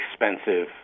expensive